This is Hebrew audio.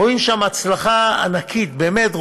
רואים שם הצלחה ענקית, באמת.